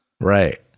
Right